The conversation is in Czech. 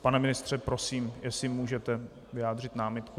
Pane ministře, prosím, jestli můžete vyjádřit námitku.